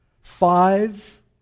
Five